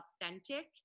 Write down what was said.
authentic